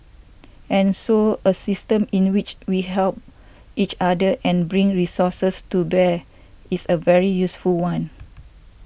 and so a system in which we help each other and bring resources to bear is a very useful one